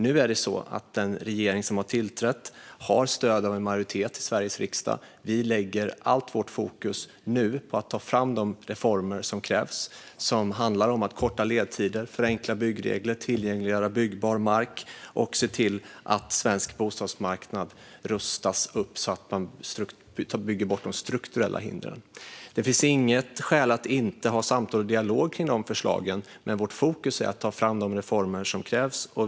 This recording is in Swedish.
Nu är det så att den regering som tillträtt har stöd av en majoritet i Sveriges riksdag. Vi lägger nu allt vårt fokus på att ta fram de reformer som krävs. Det handlar om att korta ledtider, förenkla byggregler, tillgängliggöra byggbar mark och se till att svensk bostadsmarknad rustas upp genom att bygga bort de strukturella hindren. Det finns inget skäl att inte ha samtal och dialog om dessa förslag, men vårt fokus är att ta fram de reformer som krävs.